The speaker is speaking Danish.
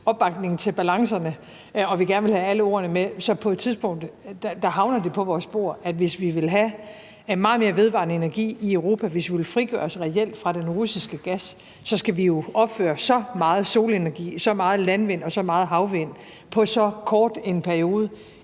opbakning til balancerne og at vi gerne vil have alle ordene med, havner det på et tidspunkt på vores bord. Hvis vi vil have meget mere vedvarende energi i Europa, hvis vi vil frigøre os reelt fra den russiske gas, skal vi jo opføre så mange solenergianlæg, så mange landvindmøller og så mange havvindmøller på så kort en periode,